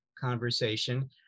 conversation